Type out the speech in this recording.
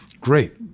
Great